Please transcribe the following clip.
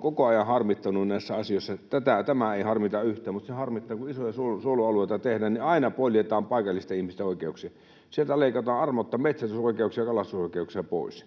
koko ajan harmittanut näissä asioissa — tämä ei harmita yhtään, mutta se harmittaa — on se, että kun isoja suojelualueita tehdään, niin aina poljetaan paikallisten ihmisten oikeuksia. Sieltä leikataan armotta metsästysoikeuksia, kalastusoikeuksia pois,